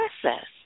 process